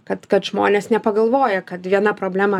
kad kad žmonės nepagalvoja kad viena problema